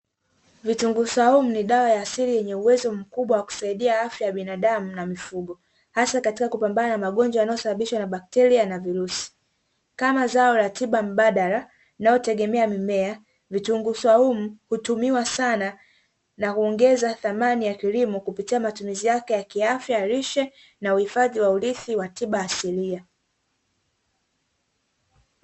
Vitunguu saumu ni dawa ya asili inayoweza kusaidia afya ya binadamu na mifugo, hasa katika kupambana na magonjwa yanayosababishwa na bakteria na virusi. Kama zao la tiba mbadala inayotegemea mmea, kitunguu saumu hutumiwa sana na huongeza thamani ya kilimo kupitia matumizi yake ya kiafya, lishe na uhifadhi wa urithi wa tiba asilia.